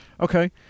Okay